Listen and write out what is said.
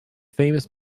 famous